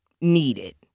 needed